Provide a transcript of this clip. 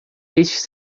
estes